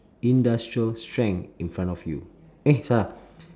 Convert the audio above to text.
industrial strength in front of you eh salah